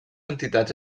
entitats